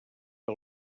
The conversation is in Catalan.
que